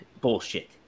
bullshit